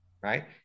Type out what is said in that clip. right